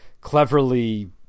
cleverly